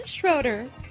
Schroeder